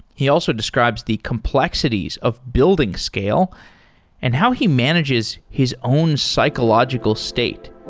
he also describes the complexities of building scale and how he manages his own psychological state